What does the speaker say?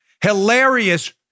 hilarious